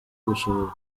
ubushobozi